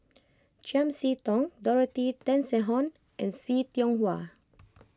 Chiam See Tong Dorothy Tessensohn and See Tiong Wah